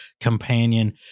companion